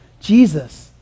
Jesus